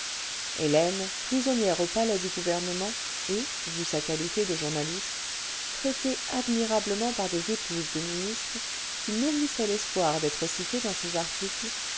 hélène prisonnière au palais du gouvernement et vu sa qualité de journaliste traitée admirablement par des épouses de ministres qui nourrissaient l'espoir d'être citées dans ses articles